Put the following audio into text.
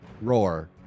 roar